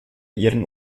ihren